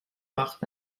macht